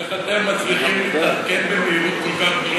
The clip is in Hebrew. איך אתם מצליחים להתעדכן במהירות כל כך גדולה?